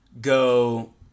go